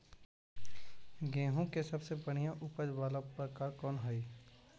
गेंहूम के सबसे बढ़िया उपज वाला प्रकार कौन हई?